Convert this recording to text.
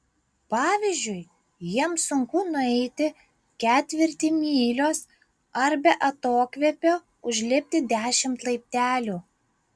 pavyzdžiui jiems sunku nueiti ketvirtį mylios ar be atokvėpio užlipti dešimt laiptelių